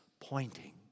pointing